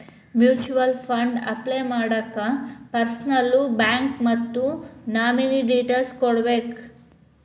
mutual fund apply ಮಾಡಾಕ ಪರ್ಸನಲ್ಲೂ bank ಮತ್ತ ನಾಮಿನೇ ಡೇಟೇಲ್ಸ್ ಕೋಡ್ಬೇಕ್